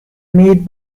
made